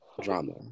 drama